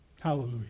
Hallelujah